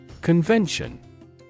Convention